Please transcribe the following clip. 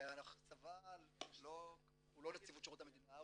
הצבא הוא לא נציבות שירות המדינה,